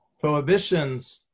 prohibitions